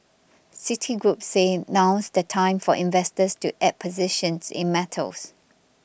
Citigroup said now's the time for investors to add positions in metals